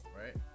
right